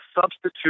substitute